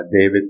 David